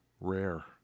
rare